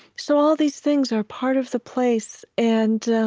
so all these things are part of the place, and